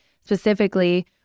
specifically